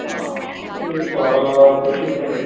ਹਾਂ ਇਹ ਸਾਰਾ ਕੁਝ